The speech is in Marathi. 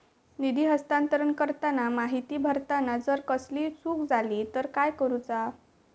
निधी हस्तांतरण करताना माहिती भरताना जर कसलीय चूक जाली तर काय करूचा?